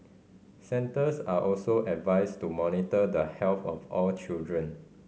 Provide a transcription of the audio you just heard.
centres are also advised to monitor the health of all children